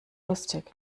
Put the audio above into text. lustig